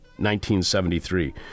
1973